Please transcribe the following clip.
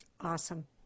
Awesome